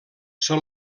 són